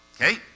okay